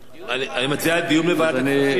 דיון בוועדת הכספים.